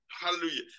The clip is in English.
Hallelujah